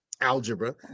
algebra